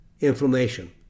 inflammation